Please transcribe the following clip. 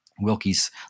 Wilkie's